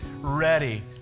ready